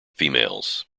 females